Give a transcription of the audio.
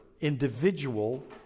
individual